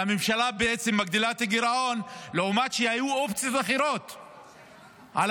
והממשלה מגדילה את הגירעון לעומת אופציות אחרות שהיו,